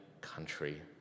country